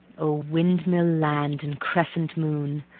o windmill land and crescent moon!